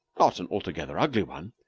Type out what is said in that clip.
not an altogether ugly one,